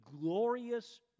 glorious